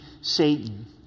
Satan